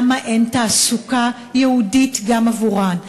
למה אין תעסוקה ייעודית גם עבורן?